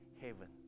heaven